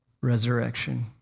Resurrection